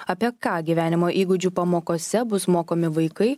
apie ką gyvenimo įgūdžių pamokose bus mokomi vaikai